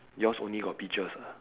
yours only got peaches ah